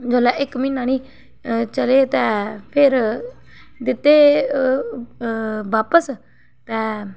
जोल्लै इक म्हीना नी चले ते फेर दित्ते बापस ते